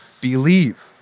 believe